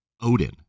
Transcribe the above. Odin